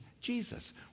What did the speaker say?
Jesus